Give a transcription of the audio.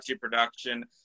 production